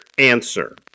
answer